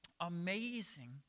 amazing